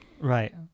Right